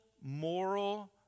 moral